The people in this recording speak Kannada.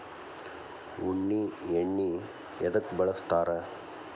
ಉಣ್ಣಿ ಎಣ್ಣಿ ಎದ್ಕ ಬಳಸ್ತಾರ್?